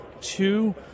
Two